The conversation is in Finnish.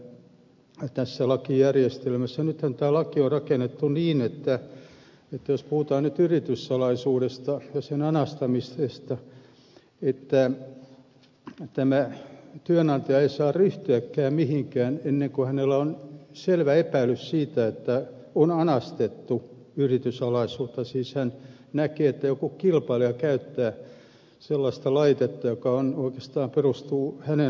nythän tämä laki on rakennettu niin jos puhutaan yrityssalaisuudesta ja sen anastamisesta että työnantaja ei saa ryhtyäkään mihinkään ennen kuin hänellä on selvä epäilys siitä että on anastettu yrityssalaisuus siis hän näkee että joku kilpailija käyttää sellaista laitetta joka oikeastaan perustuu hänen oivallukseensa